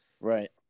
Right